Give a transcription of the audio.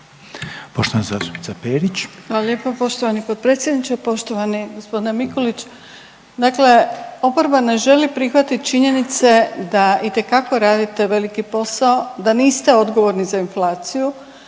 Poštovana zastupnica Perić.